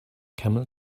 camel